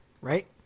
right